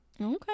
Okay